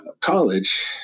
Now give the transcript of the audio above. college